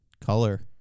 Color